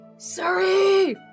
Sorry